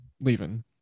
leaving